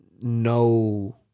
no